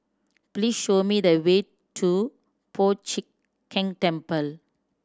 please show me the way to Po Chiak Keng Temple